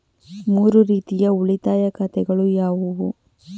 ಮೂರು ರೀತಿಯ ಉಳಿತಾಯ ಖಾತೆಗಳು ಯಾವುವು?